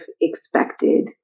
expected